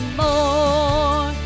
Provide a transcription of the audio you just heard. more